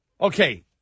Okay